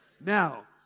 now